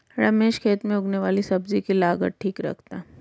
रमेश खेत में उगने वाली सब्जी की लागत ठीक रखता है